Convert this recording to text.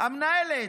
המנהלת: